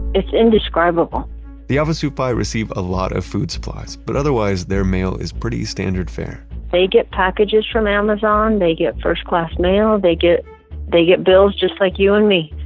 it's indescribable the havasupai receive a lot of food supplies, but otherwise, their mail is pretty standard fare they get packages from amazon, they get first-class mail, they get they get bills just like you and me